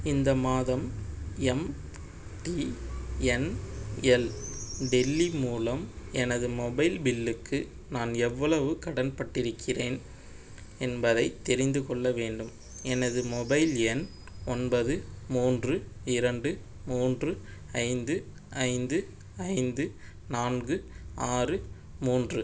இந்த மாதம் எம்டிஎன்எல் டெல்லி மூலம் எனது மொபைல் பில்லுக்கு நான் எவ்வளவு கடன்பட்டிருக்கிறேன் என்பதைத் தெரிந்துகொள்ள வேண்டும் எனது மொபைல் எண் ஒன்பது மூன்று இரண்டு மூன்று ஐந்து ஐந்து ஐந்து நான்கு ஆறு மூன்று